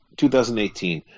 2018